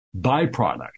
byproduct